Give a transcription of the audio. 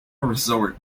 resort